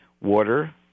Water